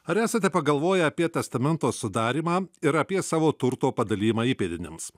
ar esate pagalvoję apie testamento sudarymą ir apie savo turto padalijimą įpėdiniams